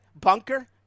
bunker